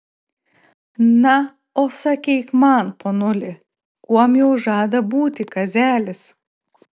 na o sakyk man ponuli kuom jau žada būti kazelis